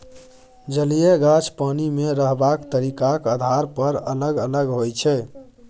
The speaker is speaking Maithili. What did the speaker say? जलीय गाछ पानि मे रहबाक तरीकाक आधार पर अलग अलग होइ छै